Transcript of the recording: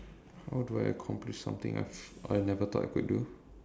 how do I accomplish something I've I never though I could do